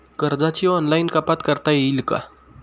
कर्जाची ऑनलाईन कपात करता येईल का?